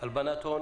הוא סעיף הליבה.